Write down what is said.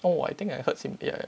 oh I think I heard